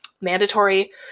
mandatory